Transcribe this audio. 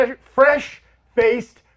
Fresh-Faced